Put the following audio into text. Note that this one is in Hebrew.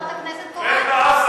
חברת הכנסת קורן,